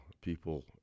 people